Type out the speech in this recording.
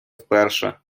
вперше